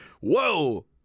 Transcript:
Whoa